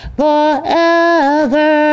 forever